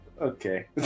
Okay